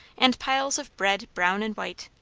and piles of bread brown and white.